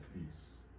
peace